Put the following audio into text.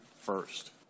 first